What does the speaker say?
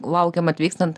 laukiam atvykstant